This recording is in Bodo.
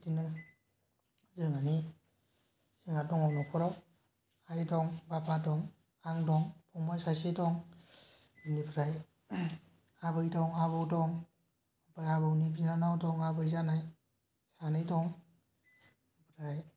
बिदिनो जोंहानि जोंहा दङ न'खराव आइ दं आफा दं आं दं फंबाय सासे दं बिनिफ्राय आबै दं आबौ दं आबौनि बिनानाव दं आबै जानाय आनै दं ओमफ्राय